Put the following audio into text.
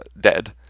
dead